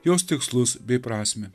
jos tikslus bei prasmę